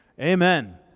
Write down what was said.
Amen